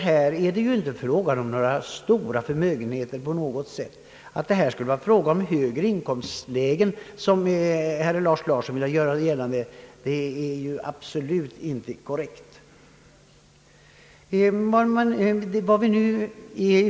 Här är det inte fråga om några stora förmögenheter. Att det skulle vara fråga om högre inkomstlägen, som herr Lars Larsson ville göra gällande, är ju absolut inte korrekt. I sådana fall får man ingen studiehjälp alls.